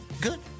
Good